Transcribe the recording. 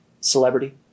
celebrity